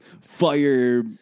fire